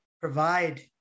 provide